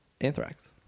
anthrax